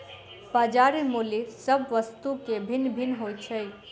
बजार मूल्य सभ वस्तु के भिन्न भिन्न होइत छै